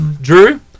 Drew